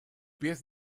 pies